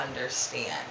understand